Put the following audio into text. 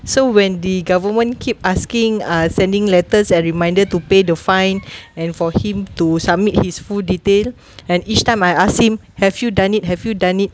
so when the government keep asking uh sending letters and reminder to pay the fine and for him to submit his full detail and each time I asked him have you done it have you done it